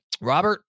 Robert